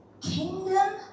Kingdom